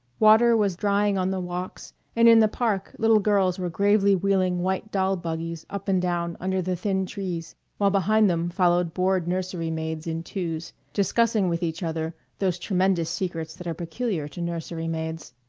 water was drying on the walks and in the park little girls were gravely wheeling white doll-buggies up and down under the thin trees while behind them followed bored nursery-maids in two's, discussing with each other those tremendous secrets that are peculiar to nursery-maids.